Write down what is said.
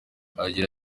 agira